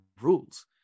rules